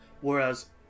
whereas